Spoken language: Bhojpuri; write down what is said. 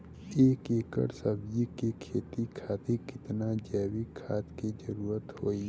एक एकड़ सब्जी के खेती खातिर कितना जैविक खाद के जरूरत होई?